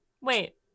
Wait